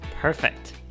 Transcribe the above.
Perfect